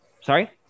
Sorry